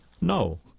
no